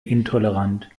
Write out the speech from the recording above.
intolerant